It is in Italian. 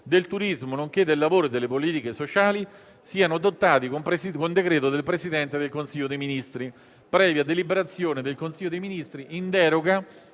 del turismo, nonché del lavoro e delle politiche sociali, siano adottati con decreto del Presidente del Consiglio dei ministri, previa deliberazione del Consiglio dei ministri, in deroga